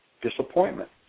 Disappointment